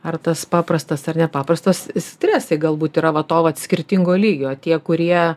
ar tas paprastas ar nepaprastas stresai galbūt yra va to vat skirtingo lygio tie kurie